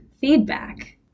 feedback